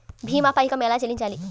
భీమా పైకం ఎలా చెల్లించాలి?